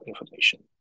information